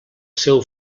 seu